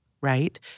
right